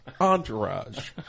Entourage